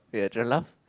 ya try laugh